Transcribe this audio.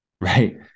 Right